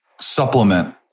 supplement